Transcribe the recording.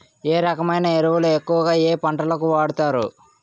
ఏ రకమైన ఎరువులు ఎక్కువుగా ఏ పంటలకు వాడతారు?